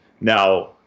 Now